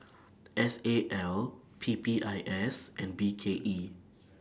S A L P P I S and B K E